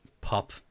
pop